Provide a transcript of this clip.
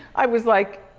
i was like,